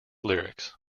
lyrics